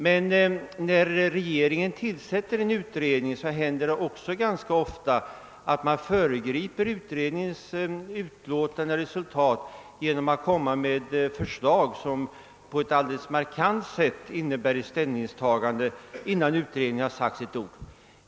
Men när regeringen tillsatt en utredning händer det också ofta att man fö regriper utredningens resultat genom att framföra förslag som på ett markant sätt innebär ställningstaganden innan utredningen har sagt sitt ord.